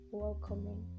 welcoming